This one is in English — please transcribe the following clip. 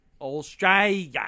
Australia